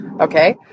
okay